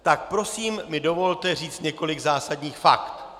Tak prosím mi dovolte říci několik zásadních fakt.